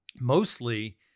mostly